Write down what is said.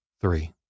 three